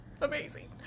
amazing